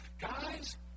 guys